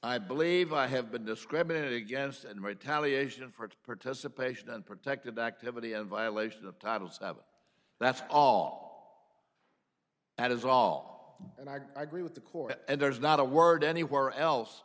i believe i have been discriminated against and retaliation for its participation and protected activity in violation of title stop that's all that is all and i agree with the court and there's not a word anywhere else